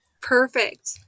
Perfect